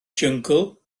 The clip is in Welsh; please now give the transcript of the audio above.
jyngl